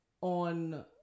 on